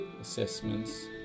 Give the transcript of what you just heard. assessments